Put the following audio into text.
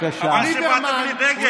חבל שבאת בלי דגל.